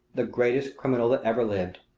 the greatest criminal that ever lived.